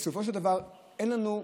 בסופו של דבר אין לנו.